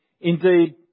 Indeed